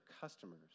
customers